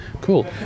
cool